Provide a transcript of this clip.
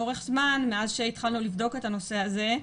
לאורך זמן מאז שהתחלנו לבדוק את הנושא הזה,